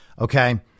Okay